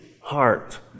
heart